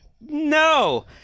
No